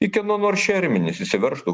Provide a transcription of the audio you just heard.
į kieno nors šermenis įsiveržtų